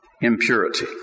impurity